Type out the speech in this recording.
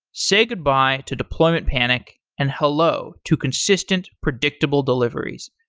say goodbye to deployment panic and hello to consistent predictable deliveries.